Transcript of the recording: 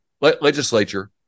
legislature